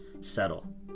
settle